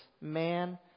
Man